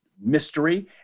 mystery